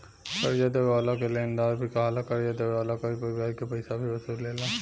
कर्जा देवे वाला के लेनदार भी कहाला, कर्जा देवे वाला कर्ज पर ब्याज के पइसा भी वसूलेला